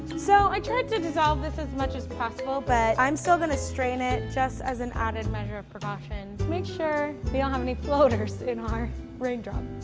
so i tried to dissolve this as much as possible but i'm still gonna strain it just as an added measure of precaution to make sure we don't ah have any floaters in our raindrop.